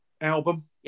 album